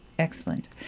Excellent